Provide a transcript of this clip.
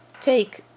take